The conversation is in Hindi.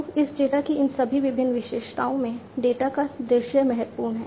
तो इस डेटा की इन सभी विभिन्न विशेषताओं में डेटा का दृश्य महत्वपूर्ण है